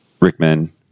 rickman